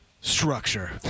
Structure